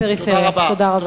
תודה רבה.